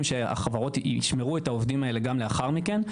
שהחברות ישמרו את העובדים האלה גם לאחר מכן,